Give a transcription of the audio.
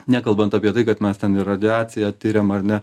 nekalbant apie tai kad mes ten ir radiaciją tiriam ar ne